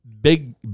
big